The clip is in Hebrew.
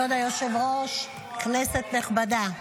כבוד היושב-ראש, כנסת נכבדה,